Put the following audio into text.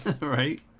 Right